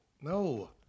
No